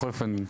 בכל אופן,